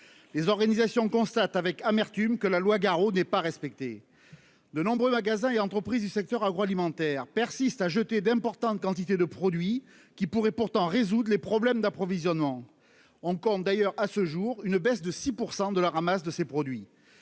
les organisations constatent avec amertume que la loi n'est pas respectée : de nombreux magasins et entreprises du secteur agro-alimentaire persiste à jeter d'importantes quantités de produits qui pourraient pourtant résoudre les problèmes d'approvisionnement, on compte d'ailleurs à ce jour, une baisse de 6 % de la ramasse de ces produits,